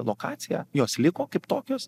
lokacija jos liko kaip tokios